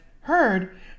heard